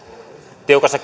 tiukassa